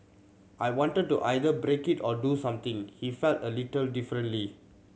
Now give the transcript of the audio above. I wanted to either break it or do something he felt a little differently